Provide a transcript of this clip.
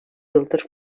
yıldır